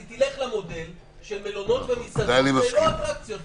היא תלך למודל של מלונות ומסעדות ללא אטרקציות -- נכון.